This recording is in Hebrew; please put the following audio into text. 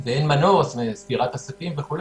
ואין מנוס מסגירת עסקים וכו',